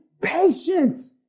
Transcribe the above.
patient